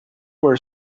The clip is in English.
were